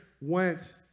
went